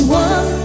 one